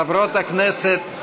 חברות הכנסת,